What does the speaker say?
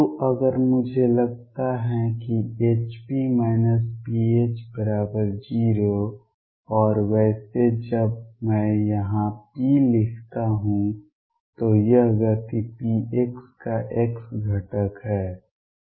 तो अगर मुझे लगता है कि Hp pH0 और वैसे जब मैं यहां p लिखता हूं तो यह गति px का x घटक है